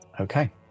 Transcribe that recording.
Okay